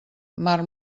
mar